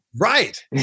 Right